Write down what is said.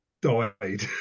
died